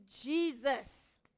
Jesus